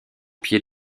pied